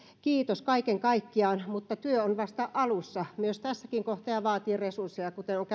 kiitos kaiken kaikkiaan työ on vasta alussa myös tässäkin kohtaa ja vaatii resursseja kuten on